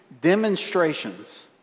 demonstrations